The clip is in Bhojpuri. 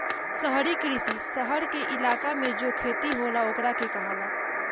शहरी कृषि, शहर के इलाका मे जो खेती होला ओकरा के कहाला